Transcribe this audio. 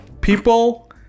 people